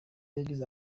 yagize